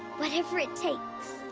whatever it takes!